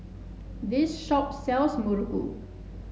this shop sells Muruku